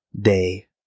day